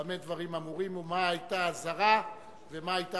במה דברים אמורים ומה היתה האזהרה ומה היתה